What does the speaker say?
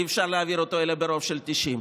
אי-אפשר להעביר אותו אלא ברוב של 90?